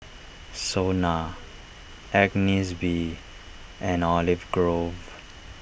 Sona Agnes B and Olive Grove